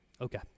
okay